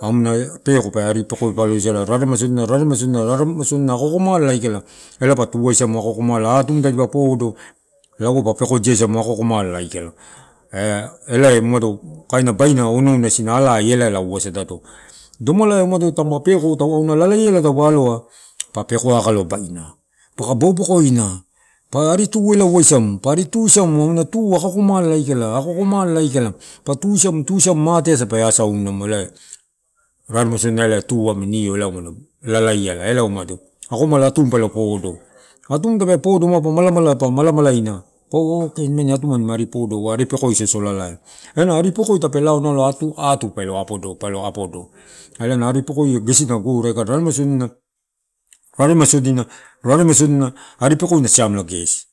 Amuna peko pe kakaloisala, raremaisodina. ra remaisodina, raremaisodina. Ako ko mala aikala. Elai pa tuaisa amako ko umala tunda na podo, alau pa peko gesi amako ko amala tai, a- elai baina onouna isina ala ia, elauosalato omalai ma tampa peko, auna lalaia ala tampa alo, pa, peko akalo, baina. Paka bobokoina tamu aritu- uasamu ela arituasamu aka kimala aika, pa tuisamu, tu, tusamu amate asa inoma, raremai sodia tu numina lalaiala akomala atumu pelo podo. Atumu tape podo mapa lala inu paua oke atumani ma podo, paua, atumani ma podo aripekoi gesinala gore aka. Raremaisodina, raremaisodina, ari pekoe na siam gesi,